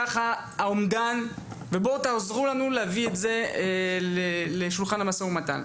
ככה האומדן ובואו תעזרו לנו להביא את זה לשולחן המשא ומתן.